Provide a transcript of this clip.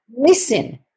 Listen